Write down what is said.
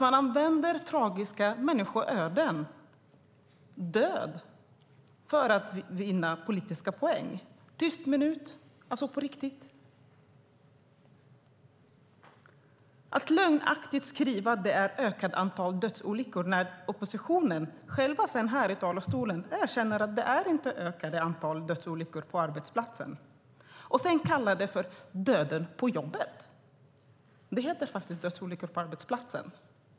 Man använder tragiska människoöden och död för att vinna politiska poäng. En tyst minut ska vara på riktigt. Man skriver lögnaktigt att det är ökat antal dödsolyckor när företrädare för oppositionen själva erkänner här i talarstolen att det inte är ökat antal dödsolyckor på arbetsplatser. Sedan kallar man det för döden på jobbet. Det heter faktiskt dödsolyckor på arbetsplatsen.